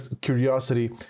curiosity